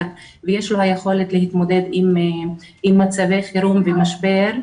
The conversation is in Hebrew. שיש לו את היכולת להתמודד עם מצבי חירום ומשבר,